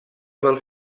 del